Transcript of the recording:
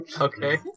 Okay